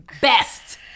best